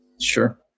Sure